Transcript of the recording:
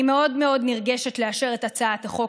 אני מאוד מאוד נרגשת לאשר את הצעת החוק